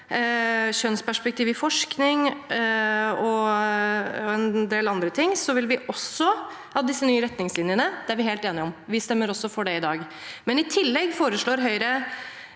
kjønnsperspektivet i forskning og en del andre ting, vil vi også ha disse nye retningslinjene, det er vi helt enige om. Vi stemmer også for det i dag, men i tillegg foreslår Høyre